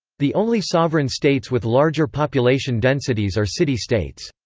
the only sovereign states with larger population densities are city states.